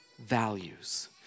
values